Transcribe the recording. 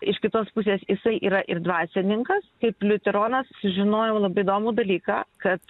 iš kitos pusės jisai yra ir dvasininkas kaip liuteronas sužinojau labai įdomų dalyką kad